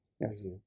Yes